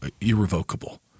irrevocable